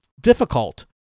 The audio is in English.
difficult